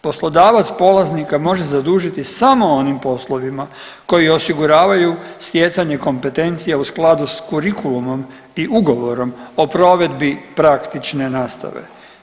Poslodavac polaznika može zadužiti samo onim poslovima koji osiguravaju stjecanje kompetencije u skladu sa kurikulumom i ugovorom o provedbi praktične nastave.